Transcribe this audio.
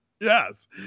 Yes